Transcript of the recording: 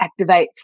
activates